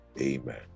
Amen